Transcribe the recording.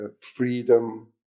freedom